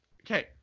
Okay